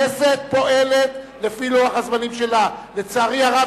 לצערי הרב,